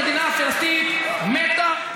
המדינה הפלסטינית מתה,